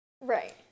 right